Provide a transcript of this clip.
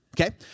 Okay